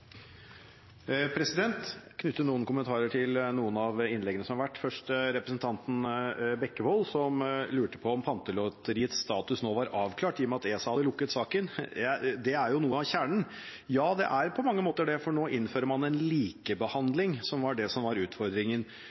vil knytte noen kommentarer til noen av innleggene som har vært. Først til representanten Bekkevold, som lurte på om Pantelotteriets status nå var avklart i og med at ESA hadde lukket saken. Det er jo noe av kjernen: Ja, det er på mange måter det, for nå innfører man en likebehandling, som var det som var utfordringen.